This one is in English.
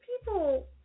people